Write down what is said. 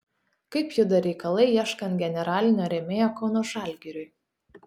kaip juda reikalai ieškant generalinio rėmėjo kauno žalgiriui